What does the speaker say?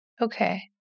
Okay